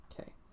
Okay